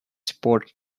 support